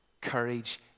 courage